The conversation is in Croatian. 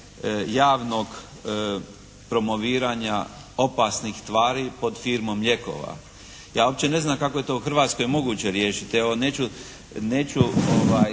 javnog promoviranja opasnih tvari pod firmom lijekova. Ja uopće ne znam kako je to u Hrvatskoj moguće riješiti.